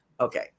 Okay